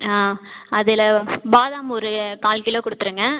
ஆ அதில் பாதாம் ஒரு கால் கிலோ கொடுத்துருங்க